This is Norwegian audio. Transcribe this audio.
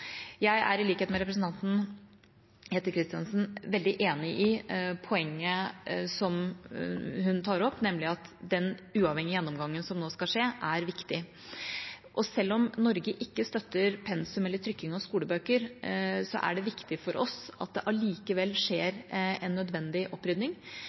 Jeg er veldig enig med representanten Jette Christensen i poenget som hun tar opp, nemlig at den uavhengige gjennomgangen som nå skal skje, er viktig. Selv om Norge ikke støtter pensum eller trykking av skolebøker, er det viktig for oss at det allikevel skjer en nødvendig opprydning.